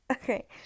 Okay